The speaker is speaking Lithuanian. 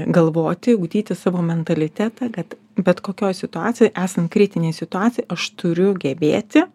galvoti ugdyti savo mentalitetą kad bet kokioj situacijoj esant kritinėj situacijoj aš turiu gebėti